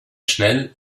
schnell